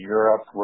Europe